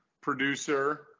producer